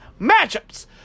matchups